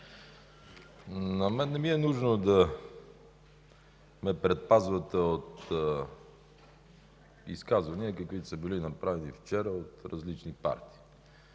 Не ми е нужно да ме предпазвате от изказвания, каквито са били направени вчера от различни партии.